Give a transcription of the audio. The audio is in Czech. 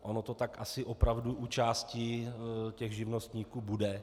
Ono to tak asi opravdu u části těch živnostníků bude.